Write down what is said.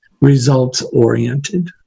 results-oriented